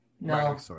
no